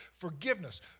Forgiveness